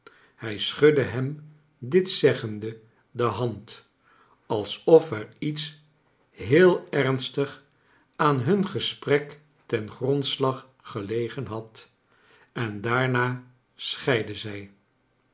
hij schudde hem dit zeggende de hand alsof er iets heel ernstigs aan hun gesprek ten grondslag gelegen had en daarna scheidden zij